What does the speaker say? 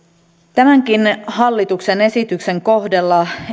tämänkin hallituksen esityksen kohdalla